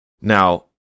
Now